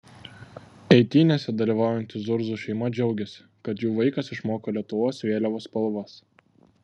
eitynėse dalyvaujanti zurzų šeima džiaugiasi kad jų vaikas išmoko lietuvos vėliavos spalvas